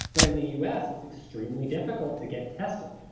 but in the us it's extremely difficult to get tested.